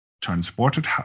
transported